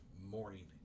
morning